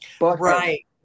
Right